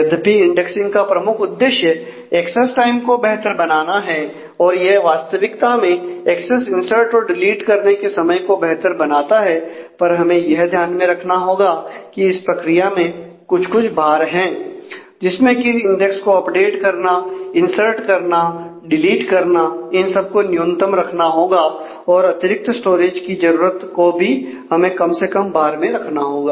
यद्यपि इंडेक्सिंग का प्रमुख उद्देश्य एक्सेस टाइम को बेहतर बनाना है और यह वास्तविकता में एक्सेस इंसर्ट और डिलीट करने के समय को बेहतर बनाता है पर हमें यह ध्यान में रखना होगा कि इस प्रक्रिया में कुछ कुछ भार हैं जिसमें की इंडेक्स को अपडेट करना इंसर्ट करना डिलीट करना इन सब को न्यूनतम रखना होगा और अतिरिक्त स्टोरेज की जरूरत को भी हमें कम से कम भार में रखना होगा